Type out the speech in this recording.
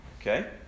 Okay